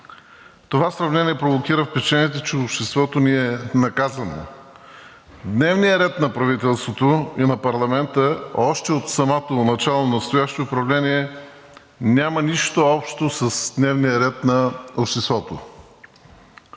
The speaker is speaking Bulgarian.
това сравнение провокира впечатлението, че обществото ни е наказано. Дневният ред на правителството и на парламента още от самото начало на настоящото управление няма нищо общо с дневния ред на обществото